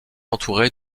entouré